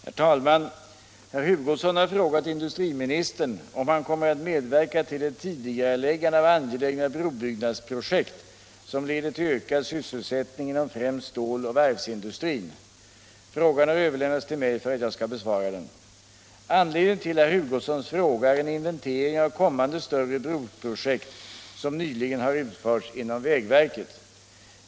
Herr talman! Herr Hugosson har frågat industriministern om han kommer att medverka till ett tidigareläggande av angelägna brobyggnadsprojekt, som leder till ökad sysselsättning inom främst ståloch varvsindustrin. Frågan har överlämnats till mig för att jag skall besvara den. Anledningen till herr Hugossons fråga är en inventering av kommande större broprojekt som nyligen har utförts inom vägverket.